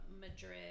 madrid